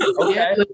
okay